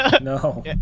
No